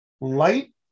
light